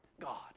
God